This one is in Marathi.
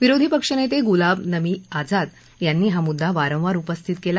विरोधी पक्षनेते गुलाम नबी आझाद यांनी हा मुद्दा वारंवार उपस्थित केला